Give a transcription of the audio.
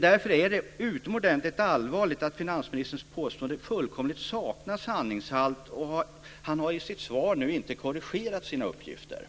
Därför är det utomordentligt allvarligt att finansministerns påstående fullkomligt saknar sanningshalt, och han har inte korrigerat sina uppgifter i sitt svar.